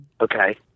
Okay